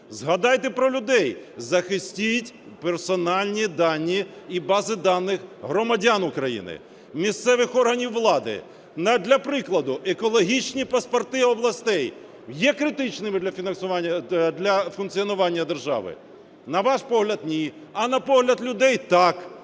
Згадайте про людей, захистіть персональні дані і бази даних громадян України, місцевих органів влади! Для прикладу, екологічні паспорти областей є критичними для функціонування держави? На ваш погляд – ні, а на погляд людей – так.